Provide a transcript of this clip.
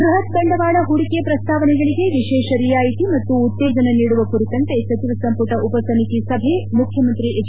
ಬೃಹತ್ ಬಂಡವಾಳ ಹೂಡಿಕೆ ಪ್ರಸ್ತಾವನೆಗಳಿಗೆ ವಿಶೇಷ ರಿಯಾಯಿತಿ ಮತ್ತು ಉತ್ತೇಜನ ನೀಡುವ ಕುರಿತಂತೆ ಸಚಿವ ಸಂಪುಟ ಉಪಸಮಿತಿ ಸಭೆ ಮುಖ್ಯಮಂತ್ರಿ ಎಚ್